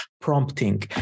prompting